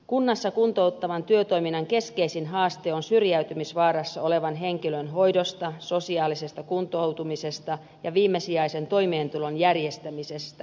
kunnassa kuntouttavan työtoiminnan keskeisin haaste on syrjäytymisvaarassa olevan henkilön hoidosta sosiaalisesta kuntoutumisesta ja viimesijaisen toimeentulon järjestämisestä vastaaminen